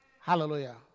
Hallelujah